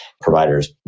providers